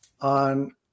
on